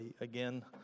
again